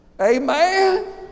Amen